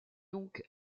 donc